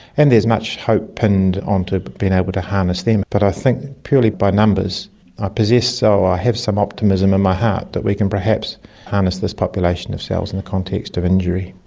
and there is much hope pinned onto being able to harness them. but i think purely by numbers ah so i have some optimism in my heart that we can perhaps harness this population of cells in the context of injury.